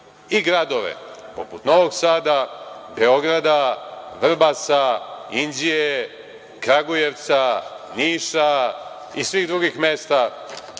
i gradove poput Novog Sada, Beograda, Vrbasa, Inđije, Kragujevca, Niša i svih drugih mesta